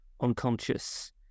unconscious